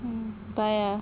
buy ah